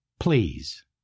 Please